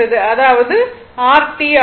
அதாவது r t ஆகும்